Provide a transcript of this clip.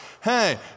Hey